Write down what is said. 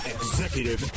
Executive